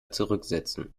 zurücksetzen